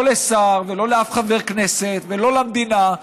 לא לשר ולא לאף חבר כנסת ולא למדינה,